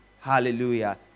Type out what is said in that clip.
Hallelujah